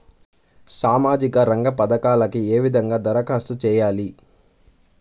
సామాజిక రంగ పథకాలకీ ఏ విధంగా ధరఖాస్తు చేయాలి?